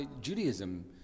Judaism